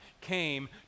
came